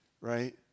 right